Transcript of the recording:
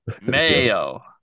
mayo